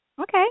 Okay